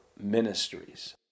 Ministries